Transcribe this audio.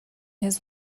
his